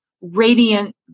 radiant